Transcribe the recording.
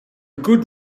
good